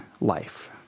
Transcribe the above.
life